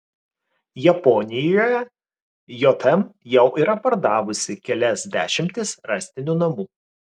japonijoje jm jau yra pardavusi kelias dešimtis rąstinių namų